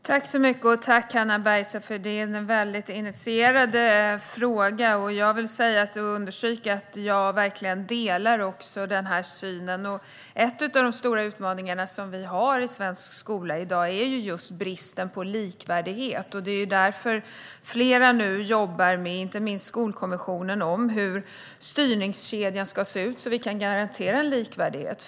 Herr talman! Jag tackar Hannah Bergstedt för hennes väldigt initierade fråga. Jag vill understryka att jag delar den här synen. En av de stora utmaningarna vi har i svensk skola i dag är just bristen på likvärdighet. Det är därför flera, inte minst Skolkommissionen, nu jobbar med hur styrningskedjan ska se ut så att vi kan garantera en likvärdighet.